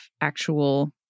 actual